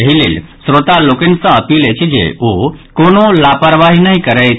एहि लेल श्रोता लोकनि सँ अपील अछि जे ओ कोनो लापरवाही नहि करथि